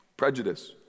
Prejudice